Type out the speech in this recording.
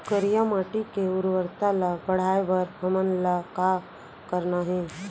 करिया माटी के उर्वरता ला बढ़ाए बर हमन ला का करना हे?